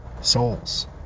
souls